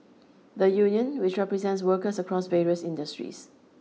the union which represents workers across various industries